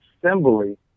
assembly